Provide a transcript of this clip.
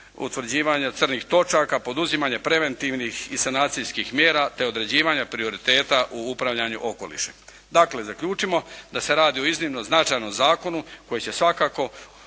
utvrđivanja crnih točaka, poduzimanje preventivnih i sanacijskih mjera te određivanja prioriteta u upravljanju okolišem. Dakle zaključimo da se radi o iznimno značajnom zakonu koji će svakako